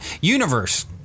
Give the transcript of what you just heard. universe